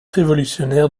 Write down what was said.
révolutionnaires